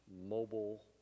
Mobile